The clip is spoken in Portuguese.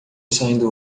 saindo